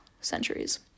centuries